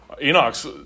Enoch's